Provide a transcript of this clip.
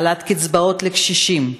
העלאת קצבאות לקשישים,